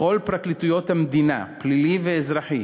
בכל פרקליטויות המדינה, פלילי ואזרחי,